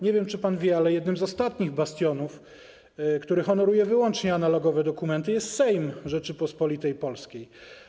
Nie wiem, czy pan wie, ale jednym z ostatnich bastionów, które honorują wyłącznie analogowe dokumenty, jest Sejm Rzeczypospolitej Polskiej.